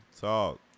Talk